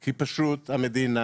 כי פשוט המדינה